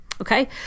Okay